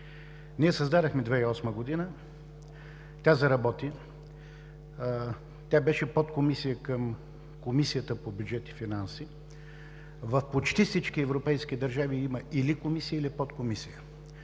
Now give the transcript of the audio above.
я създадохме, тя заработи, беше подкомисия към Комисията по бюджет и финанси. В почти всички европейски държави има или комисия, или подкомисия.